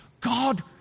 God